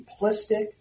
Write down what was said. simplistic